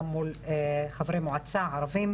גם מול חברי מועצה ערביים,